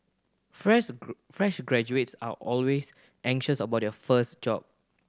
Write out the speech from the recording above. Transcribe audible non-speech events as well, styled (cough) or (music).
fresh (unintelligible) fresh graduates are always anxious about their first job